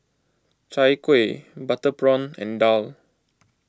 Chai Kuih Butter Prawn and Daal